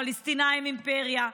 הפלסטינים אימפריה,